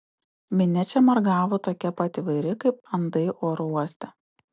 minia čia margavo tokia pat įvairi kaip andai oro uoste